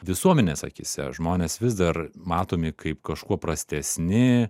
visuomenės akyse žmonės vis dar matomi kaip kažkuo prastesni